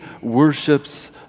worships